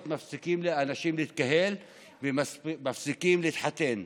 האנשים מפסיקים להתקהל ומפסיקים להתחתן.